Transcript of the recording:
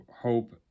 hope